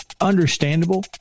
understandable